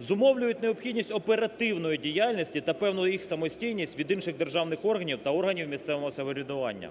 зумовлюють необхідність оперативної діяльності та певну їх самостійність від інших державних органів та органів місцевого самоврядування.